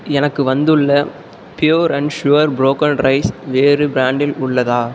எனக்கு வந்துள்ள pure and sure broken rice வேறு பிராண்டில் உள்ளது